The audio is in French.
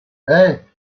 hey